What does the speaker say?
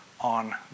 on